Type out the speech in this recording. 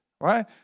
right